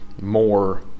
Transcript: more